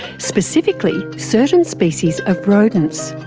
specifically certain species of rodents.